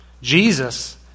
Jesus